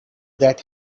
that